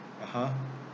(uh huh)